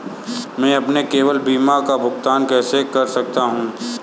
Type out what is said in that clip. मैं अपने केवल बिल का भुगतान कैसे कर सकता हूँ?